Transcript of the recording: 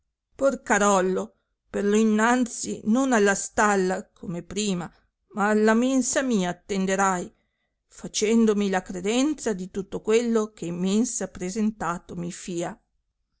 porcarollo per lo innanzi non alla stalla come prima ma alla mensa mia attenderai facendomi la credenza di tutto quello che in mensa appresentato mi fìa